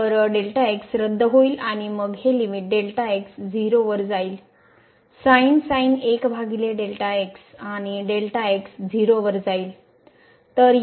तर रद्द होईल आणि मग हे लिमिट 0 वर जाईल 0 वर जाईल